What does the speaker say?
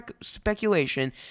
speculation